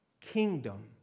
kingdom